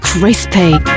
Crispy